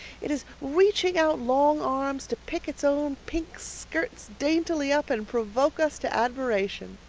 it is reaching out long arms to pick its own pink skirts daintily up and provoke us to admiration.